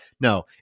No